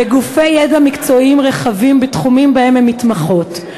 בגופי ידע מקצועיים רחבים בתחומים שבהם הן מתמחות.